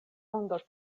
ondo